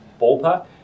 Ballpark